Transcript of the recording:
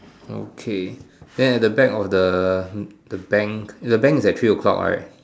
okay then at the back of the the bank is the bank is at three o-clock right